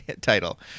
title